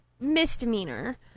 misdemeanor